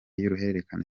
y’uruhererekane